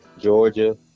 Georgia